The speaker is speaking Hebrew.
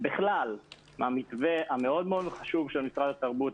וחשוב לומר את זה מהמתווה המאוד מאוד חשוב של משרד התרבות.